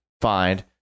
find